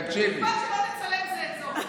את חלק מהפיליבסטר פה?